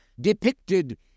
depicted